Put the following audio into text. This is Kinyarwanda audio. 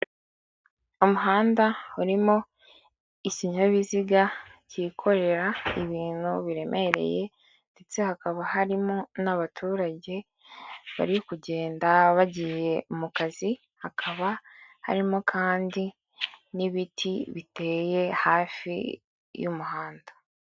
Umuhanda urimo ikinyabiziga kikorera ibintu biremereye ndetse hakaba harimo n'abaturage bari kugenda bagiye mu kazi, hakaba harimo kandi n'ibiti biteye hafi y'umuhanda.